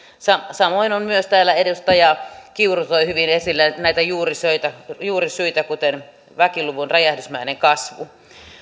samoin myös täällä edustaja kiuru toi hyvin esille näitä juurisyitä kuten väkiluvun räjähdysmäisen kasvun